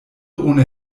ohne